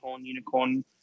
Unicorn